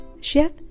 Chef